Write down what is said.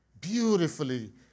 beautifully